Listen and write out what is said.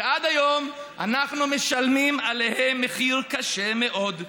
שעד היום אנחנו משלמים עליהם מחיר קשה מאוד,